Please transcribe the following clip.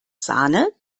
sahne